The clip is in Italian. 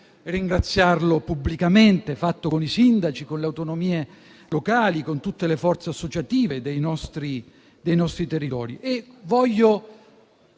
ringraziarlo pubblicamente - con i sindaci, con le autonomie locali e con tutte le forze associative dei nostri territori. Voglio